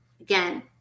Again